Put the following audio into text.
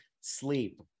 sleep